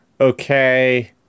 okay